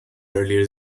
earlier